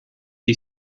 die